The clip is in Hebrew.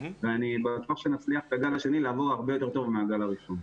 אני בטוח שנצליח לעבור את הגל השני הרבה יותר טוב מהגל השני.